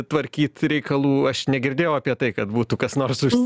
tvarkyt reikalų aš negirdėjau apie tai kad būtų kas nors užsi